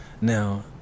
Now